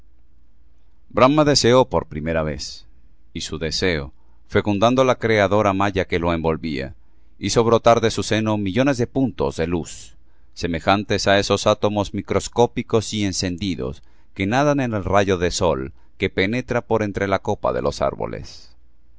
brahma deseó por primera vez y su deseo fecundando la creadora maya que lo envolvía hizo brotar de su seno millones de puntos de luz semejantes á estos átomos microscópicos y encendidos que nadan en el rayo del sol que penetra por entre la copa de los árboles